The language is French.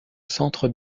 centre